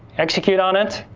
execute on it,